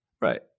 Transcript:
Right